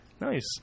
Nice